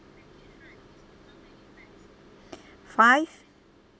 five